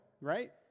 right